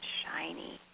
shiny